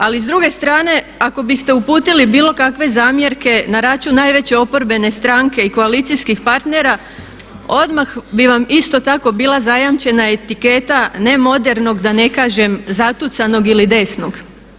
Ali s druge strane ako biste uputili bilo kakve zamjerke na račun najveće oporbene stranke i koalicijskih partnera odmah bi vam isto tako bila zajamčena etiketa ne modernog, da ne kažem zatucanog ili desnog.